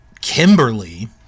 Kimberly